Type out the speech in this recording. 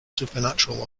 supernatural